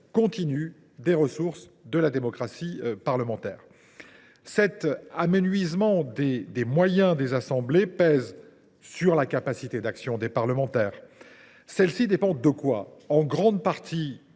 continue des ressources de la démocratie parlementaire. Cet amenuisement des moyens des assemblées pèse sur la capacité d’action des parlementaires. En effet, celle ci dépend en grande partie